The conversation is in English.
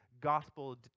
gospel